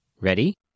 Ready